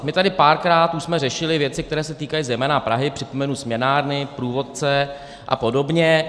My jsme tady už párkrát řešili věci, které se týkají zejména Prahy, připomenu směnárny, průvodce a podobně.